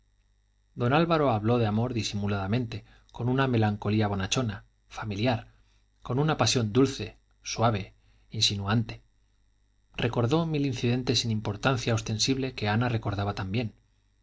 don álvaro habló de amor disimuladamente con una melancolía bonachona familiar con una pasión dulce suave insinuante recordó mil incidentes sin importancia ostensible que ana recordaba también